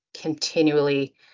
continually